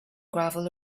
gravel